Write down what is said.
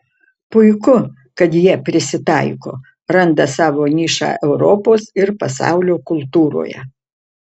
puiku kad jie prisitaiko randa savo nišą europos ir pasaulio kultūroje